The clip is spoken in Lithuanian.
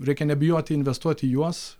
reikia nebijoti investuot į juos